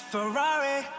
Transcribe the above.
Ferrari